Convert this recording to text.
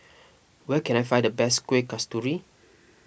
where can I find the best Kueh Kasturi